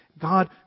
God